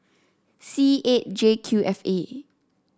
C eight J Q F A